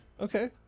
Okay